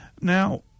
Now